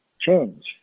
change